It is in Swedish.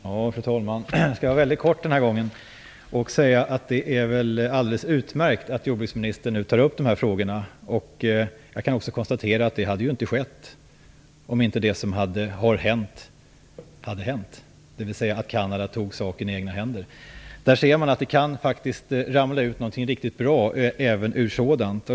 Fru talman! Jag skall fatta mig mycket kort den här gången. Det är alldeles utmärkt att jordbruksministern tar upp dessa frågor. Jag kan också konstatera att det inte hade skett om inte detta hade hänt, dvs. att Kanada tog saken i egna händer. Där kan man se att det faktiskt kan ramla ut något riktigt bra även ur sådant.